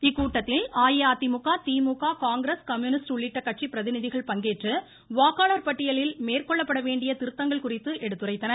இக்கூட்டத்தில் அஇஅதிமுக திமுக காங்கிரஸ் கம்யூனிஸ்ட் உள்ளிட்ட கட்சி பிரதிநிதிகள் பங்கேற்று வாக்காளர் பட்டியலில் மேற்கொள்ளப்பட வேண்டிய திருத்தங்கள் குறித்து எடுத்துரைத்தனர்